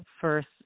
first